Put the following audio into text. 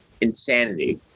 insanity